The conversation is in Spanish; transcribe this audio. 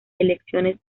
elecciones